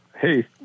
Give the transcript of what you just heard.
Hey